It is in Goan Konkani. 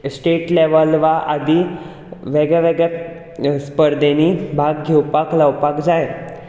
स्टेट लॅवल वा आदी वेगळ्यां वेगळ्यां स्पर्धांनी भाग घेवपाक लावपाक जाय